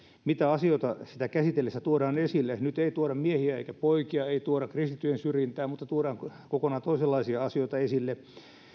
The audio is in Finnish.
mitä asioita sitä käsiteltäessä tuodaan esille nyt ei tuoda miehiä eikä poikia ei tuoda kristittyjen syrjintää vaan tuodaan kokonaan toisenlaisia asioita esille